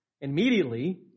Immediately